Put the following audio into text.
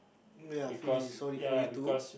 ya free so it's for you too